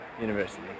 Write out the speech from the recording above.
University